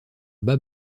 bas